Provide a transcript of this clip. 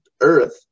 Earth